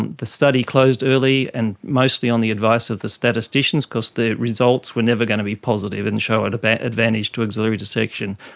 the study closed early, and mostly on the advice of the statisticians because the results were never going to be positive and show an advantage to axillary dissection,